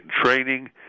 training